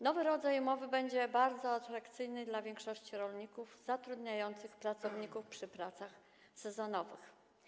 Nowy rodzaj umowy będzie bardzo atrakcyjny dla większości rolników zatrudniających pracowników podczas prac sezonowych.